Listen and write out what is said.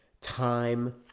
Time